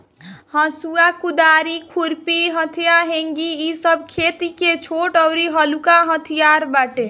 हसुआ, कुदारी, खुरपी, हत्था, हेंगी इ सब खेती के छोट अउरी हलुक हथियार बाटे